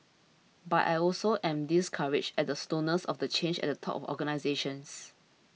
but I also am discouraged at the slowness of the change at the top of organisations